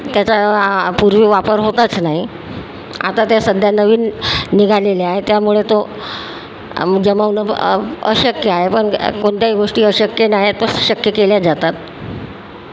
त्याचा पूर्वी वापर होताच नाही आता ते सध्या नवीन निघालेले आहे त्यामुळे तो जमवणं अशक्य आहे पण कोणत्याही गोष्टी अशक्य नाही तर शक्य केल्या जातात